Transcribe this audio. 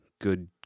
good